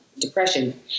depression